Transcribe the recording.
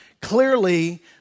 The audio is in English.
clearly